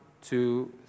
two